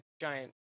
giant